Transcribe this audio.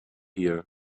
here